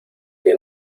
que